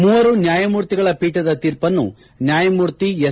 ಮೂವರು ನ್ಯಾಯಮೂರ್ತಿಗಳ ಪೀಠದ ತೀರ್ಪನ್ನು ನ್ಯಾಯಮೂರ್ತಿ ಎಸ್